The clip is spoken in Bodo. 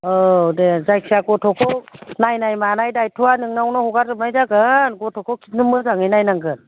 औ दे जायखिया गथ'खौ नायनाय मानाय दायथ'आ नोंनावनो हगारजोबनाय जागोन गथ'खौ खिन्थु मोजाङै नायनांगोन